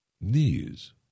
knees